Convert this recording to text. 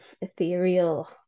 ethereal